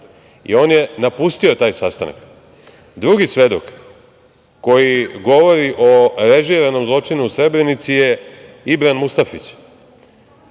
I on je napustio taj sastanak. Drugi svedok koji govorio o režiranom zločinu u Srebrenici je Ibran Mustafić